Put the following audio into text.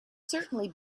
certainly